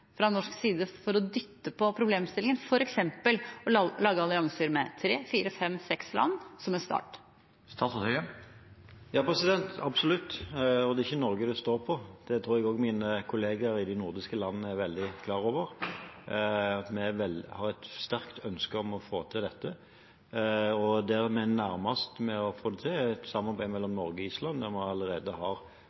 for å dytte på problemstillingen, f.eks. lage allianser med tre–fire–fem–seks land, som en start? Ja, absolutt. Det er ikke Norge det står på. Det tror jeg også mine kolleger i de nordiske landene er veldig klar over. Vi har et sterkt ønske om å få til dette. Der vi er nærmest å få det til, er i samarbeidet mellom Norge og Island, der vi allerede på en måte har